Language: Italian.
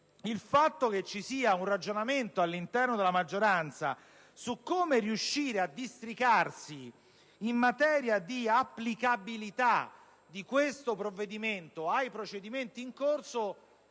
il fatto che si stia ragionando all'interno della maggioranza su come riuscire a districarsi in materia di applicabilità di questo provvedimento ai procedimenti in corso